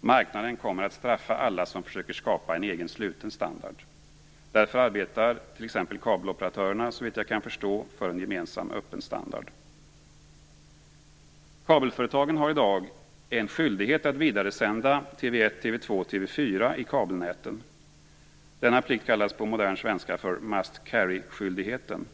Marknaden kommer att straffa alla som försöker att skapa en egen sluten standard. Därför arbetar t.ex. kabeloperatörerna, såvitt jag kan förstå, för en gemensam öppen standard. Kabelföretagen har i dag en skyldighet att vidaresända TV 1, TV 2 och TV 4 i kabelnäten. Denna plikt kallas på modern svenska för must carryskyldigheten.